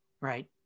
right